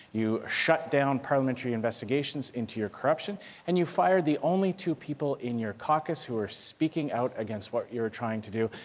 you shut down parliamentary investigations into your corruption and you fired the only two people in your caucus who were speaking out against what you were trying to do,